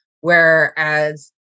whereas